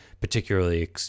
particularly